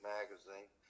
Magazine